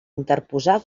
interposar